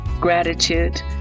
gratitude